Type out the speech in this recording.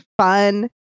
fun